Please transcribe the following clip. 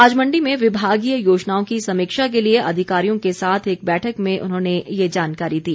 आज मण्डी में विभागीय योजनाओं की समीक्षा के लिए अधिकारियों के साथ एक बैठक में उन्होंने ये जानकारी दी